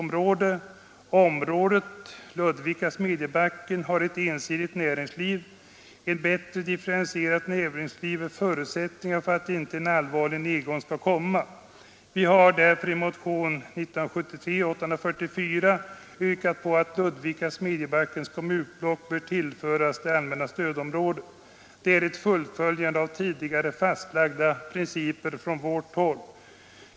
Området Ludvi 127 ka-Smedjebacken har ett ensidigt näringsliv. Ett bättre differentierat näringsliv är en förutsättning för att inte en allvarlig nedgång skall komma. Vi har därför i motionen 844 yrkat på att Ludvika-Smedjebackens kommunblock tillförs det allmänna stödområdet. Det är ett fullföljande av tidigare fastlagda principer från vårt håll.